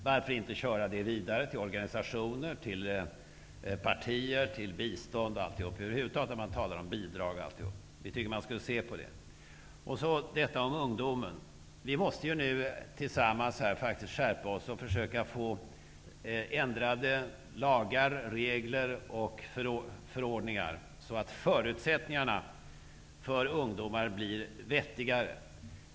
Man kan gå vidare till organisationer, partier, bistånd och över huvud taget när det gäller bidrag. Man bör se på detta. När det gäller ungdomen måste vi tillsammans skärpa oss för att ändra lagar, regler och förordningar så att förutsättningarna för ungdomarna blir vettigare.